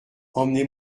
emmenez